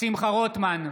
שמחה רוטמן,